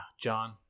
John